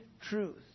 truth